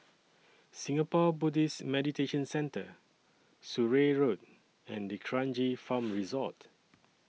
Singapore Buddhist Meditation Centre Surrey Road and D'Kranji Farm Resort